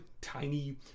tiny